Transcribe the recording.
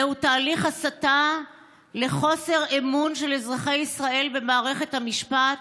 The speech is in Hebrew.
זהו תהליך הסתה לחוסר אמון של אזרחי ישראל במערכת המשפט,